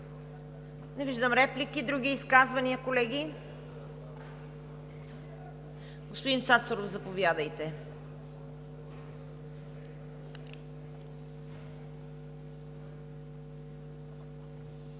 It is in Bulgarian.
Не виждам реплики. Други изказвания, колеги? Господин Цацаров, заповядайте.